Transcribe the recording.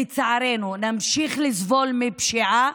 לצערנו נמשיך לסבול מפשיעה,